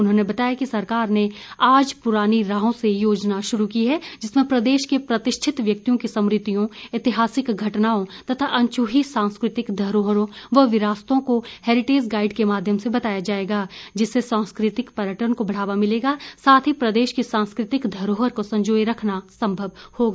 उन्होंने बताया कि सरकार ने आज पुरानी राहों से योजना शुरू की है जिसमें प्रदेश के प्रतिष्ठित व्यक्तियों की स्मृतियों ऐतिहासिक घटनाओं तथा अनछुई सांस्कृतिक धरोहरों विरासतों को हैरिटेज गाईड के माध्यम से बताया जायेगा जिससे सांस्कृतिक पर्यटन को बढ़ावा मिलेगा साथ ही प्रदेश की संस्कृति को धरोहर को संजोए रखना संभव होगा